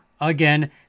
again